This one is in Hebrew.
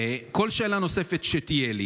וכל שאלה נוספת שתהיה לי